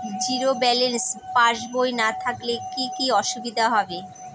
Zero balance পাসবই না থাকলে কি কী অসুবিধা হবে?